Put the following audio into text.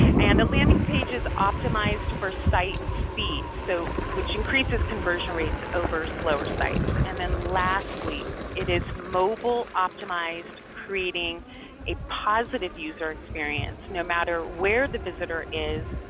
and the landing page is optimized for site speed. so which increases conversion rates over slower sites. and then lastly, it is mobile optimized creating a positive user experience no matter where the visitor is,